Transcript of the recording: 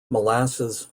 molasses